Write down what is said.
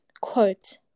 quote